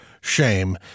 shame